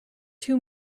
too